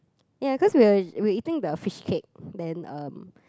ya cause we are we eating the fish cake then um